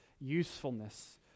usefulness